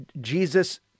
Jesus